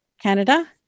Canada